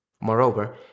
Moreover